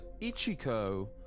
Ichiko